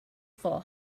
for